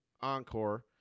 encore